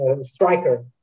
striker